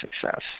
success